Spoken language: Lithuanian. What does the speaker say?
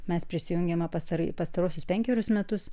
mes prisijungėme pastarajį pastaruosius penkerius metus